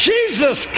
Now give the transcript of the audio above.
Jesus